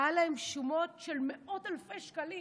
היו להם שומות של מאות אלפי שקלים